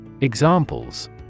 Examples